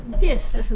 Yes